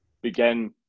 Began